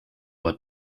what